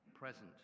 present